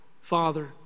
father